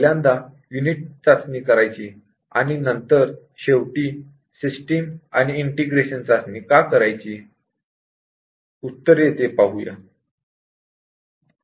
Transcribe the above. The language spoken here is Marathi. पहिल्यांदा युनिट टेस्टिंग करायची आणि नंतर शेवटी इंटिग्रेशन आणि सिस्टम टेस्टिंग का करायची